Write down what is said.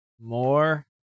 More